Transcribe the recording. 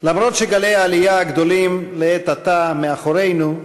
למרות שגלי העלייה הגדולים לעת עתה מאחורינו,